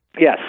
Yes